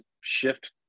shift